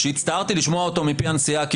שהצטערתי לשמוע אותו מפי הנשיאה,